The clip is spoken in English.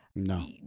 No